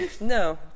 no